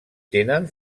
tenen